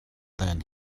then